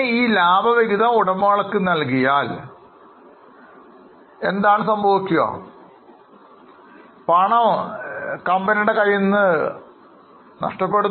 ഈ ലാഭം ഉടമകൾക്ക് നൽകപ്പെടും അല്ലെങ്കിൽ തിരികെ കമ്പനിയുടെ വളർച്ചയ്ക്കായി ഉപയോഗിക്കുകയോ ചെയ്യും